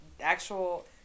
actual